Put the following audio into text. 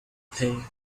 pay